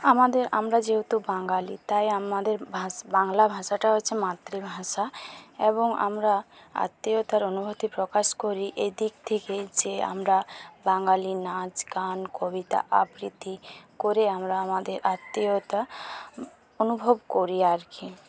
আমাদের আমরা যেহেতু বাঙালি তাই আমাদের বাংলা ভাষাটা হচ্ছে মাতৃভাষা এবং আমরা আত্মীয়তার অনুভূতি প্রকাশ করি এদিক থেকে যে আমরা বাঙালি নাচ গান কবিতা আবৃত্তি করে আমরা আমাদের আত্মীয়তা অনুভব করি আর কী